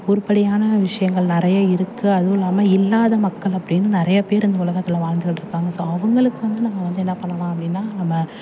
உருப்படியான விஷயங்கள் நிறைய இருக்குது அதுவும் இல்லாமல் இல்லாத மக்கள் அப்படின்னு நிறைய பேர் இந்த உலகத்தில் வாழ்ந்துக்கிட்டுருக்காங்க ஸோ அவங்களுக்கு வந்து நம்ம வந்து என்ன பண்ணலாம் அப்படின்னா நம்ம